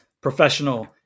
professional